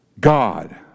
God